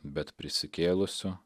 bet prisikėlusiu